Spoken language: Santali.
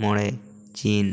ᱢᱚᱬᱮ ᱪᱤᱱ